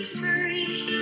free